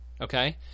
okay